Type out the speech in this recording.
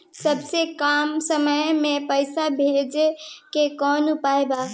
सबसे कम समय मे पैसा भेजे के कौन उपाय बा?